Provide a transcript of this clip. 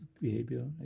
behavior